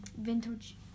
Vintage